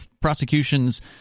prosecution's